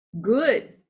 good